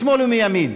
משמאל ומימין,